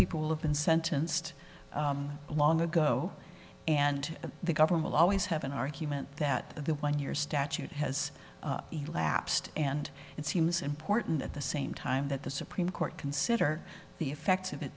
people have been sentenced long ago and the government always have an argument that the one year statute has elapsed and it seems important at the same time that the supreme court consider the effects of